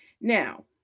Now